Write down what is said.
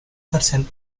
person